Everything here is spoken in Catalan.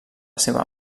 seva